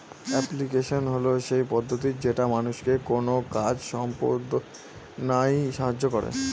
application হল সেই পদ্ধতি যেটা মানুষকে কোনো কাজ সম্পদনায় সাহায্য করে